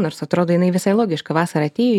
nors atrodo jinai visai logiška vasara atėjo